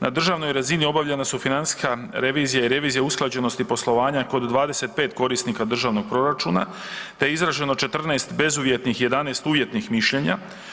Na državnoj razini obavljena su financijska revizija i revizija usklađenosti poslovanja kod 25 korisnika državnog proračuna te je izraženo 14 bezuvjetnih i 11 uvjetnih mišljenja.